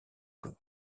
corps